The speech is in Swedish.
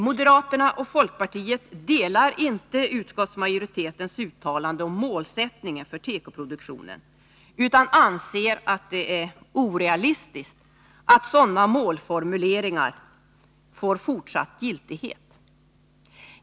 Moderaterna och folkpartiet delar inte utskottsmajoritetens uttalande om målsättningen för tekoproduktionen, utan anser att det är orealistiskt att sådana målformuleringar får fortsatt giltighet.